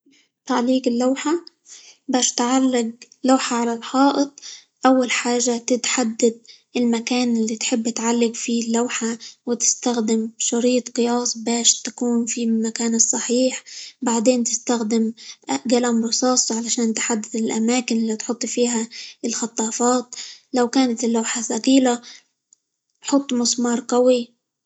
تعليق اللوحة باش تعلق لوحة على الحائط، أول حاجة -ت- تحدد المكان اللي تحب تعلق فيه اللوحة، وتستخدم شريط قياس؛ باش تكون في المكان الصحيح، بعدين تستخدم قلم رصاص؛ علشان تحدد الأماكن اللي هتحط فيها الخطافات، لو كانت اللوحة ثقيلة حط مسمار قوي.